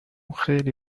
خیلی